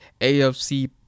AFC